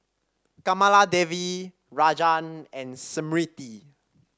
Kamaladevi Rajan and Smriti